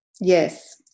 Yes